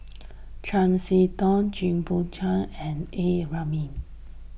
Chiam See Tong Jit Koon Ch'ng and A Ramli